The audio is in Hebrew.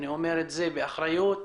שני דברים בנושא: